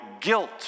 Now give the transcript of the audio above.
guilt